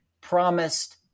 promised